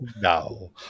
No